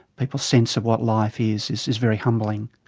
people's sense of what life is, is is very humbling.